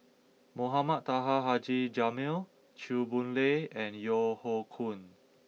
Mohamed Taha Haji Jamil Chew Boon Lay and Yeo Hoe Koon